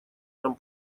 нам